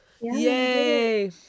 yay